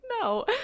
No